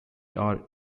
are